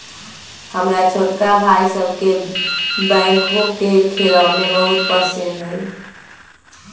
हमर छोटका भाई सभके बैकहो के खेलौना बहुते पसिन्न हइ